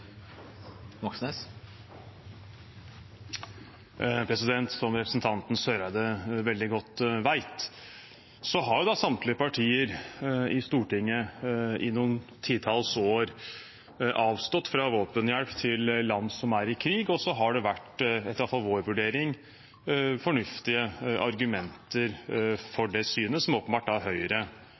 Som representanten Søreide veldig godt vet, har samtlige partier i Stortinget i noen titalls år avstått fra våpenhjelp til land som er i krig. Så har det vært, iallfall etter vår vurdering, fornuftige argumenter for det synet, som åpenbart Høyre